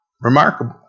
Remarkable